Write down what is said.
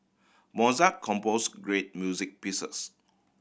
Mozart compose great music pieces